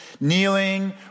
kneeling